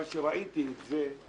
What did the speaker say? אבל כשראיתי את זה,